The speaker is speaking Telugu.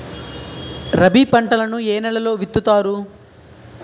రబీ పంటలను ఏ నెలలో విత్తుతారు?